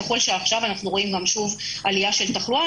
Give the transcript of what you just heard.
עכשיו אנחנו רואים שוב עלייה בתחלואה,